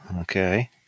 Okay